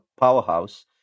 powerhouse